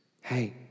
Hey